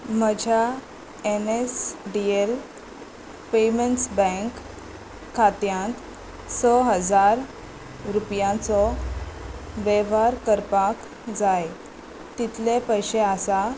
म्हज्या N S D L payments bank खात्यांत स हजार रुपयांचो वेव्हार करपाक जाय तितले पयशे आसा